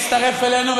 הצטרף אלינו,